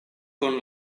kun